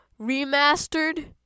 Remastered